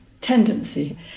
tendency